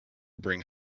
bring